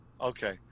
Okay